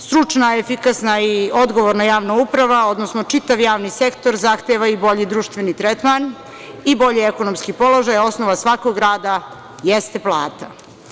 Stručna, efikasna i odgovorna javna uprava, odnosno čitav javni sektor zahteva i bolji društveni tretman i bolji ekonomski položaj, osnova svakog rada jeste plata.